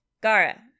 Gara